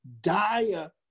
dire